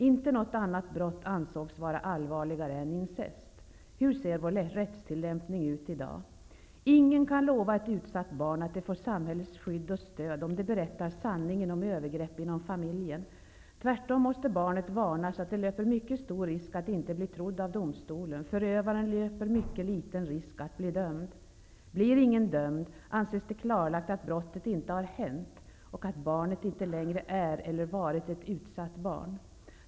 Inte något annat brott ansågs vara allvarligare än incest. Hur ser vår rättstillämpning ut i dag? Ingen kan lova ett utsatt barn att det får samhällets skydd och stöd, om det berättar sanningen om övergrepp inom familjen. Tvärtom måste barnet varnas att det löper mycket stor risk att inte bli trodd av domstolen. Förövaren löper mycket liten risk att bli dömd. Blir ingen dömd, anses det klarlagt att brottet inte har hänt och att barnet inte längre är eller varit ett ''utsatt'' barn.